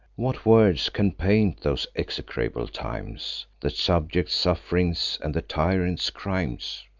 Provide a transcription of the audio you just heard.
what words can paint those execrable times, the subjects' suff'rings, and the tyrant's crimes!